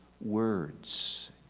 words